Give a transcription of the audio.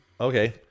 Okay